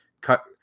Cut